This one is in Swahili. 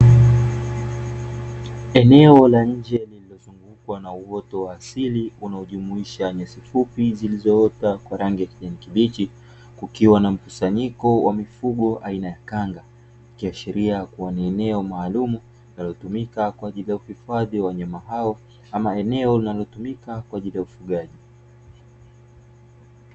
Eneo la nje lililozungukwa na uoto wa asili unaojumuisha nyasi fupi zilizoota kwa rangi ya kijani kibichi, kukiwa na mkusanyiko wa mifugo aina ya kanga, ikiashiria kuwa ni eneo maalumu linalotumika kwa ajili ya huifadhi wa wanyama hao; ama eneo linalotumika kwa ajili ya ufugaji.